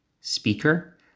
speaker